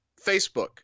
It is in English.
Facebook